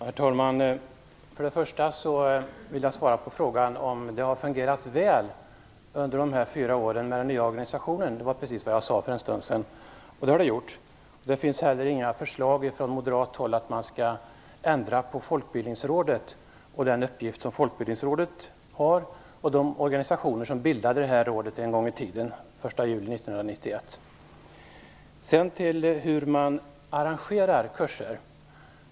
Herr talman! Till att börja med vill jag svara på frågan om den nya organisationen har fungerat väl under dessa fyra år. Det var precis vad jag sade för en stund sedan. Det har fungerat bra. Det finns inte heller några förslag från moderat håll om att man skall ändra på Folkbildningsrådet och dess uppgift eller de organisationer som bildade rådet den 1 juli 1991. Så till frågan om hur man arrangerar kurser.